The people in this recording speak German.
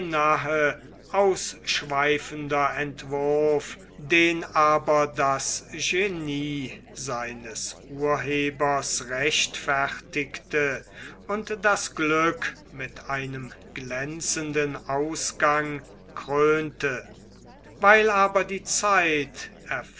ausschweifender entwurf den aber das genie seines urhebers rechtfertigte und das glück mit einem glänzenden ausgang krönte strada dec ii l vi weil aber zeit